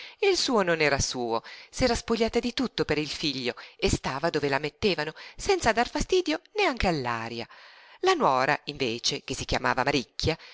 cucite il suo non era suo s'era spogliata di tutto per il figlio e stava dove la mettevano senza dar fastidio neanche all'aria la nuora invece che si chiamava maricchia